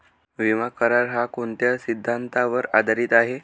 विमा करार, हा कोणत्या सिद्धांतावर आधारीत आहे?